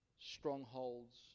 strongholds